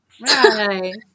Right